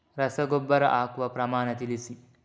ರಸಗೊಬ್ಬರ ಹಾಕುವ ಪ್ರಮಾಣ ತಿಳಿಸಿ